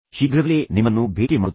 ಶೀಘ್ರದಲ್ಲೇ ನಿಮ್ಮನ್ನು ಭೇಟಿ ಮಾಡುತ್ತೇವೆ